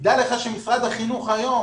דע לך שמשרד החינוך היום